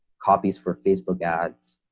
copies for facebook ads,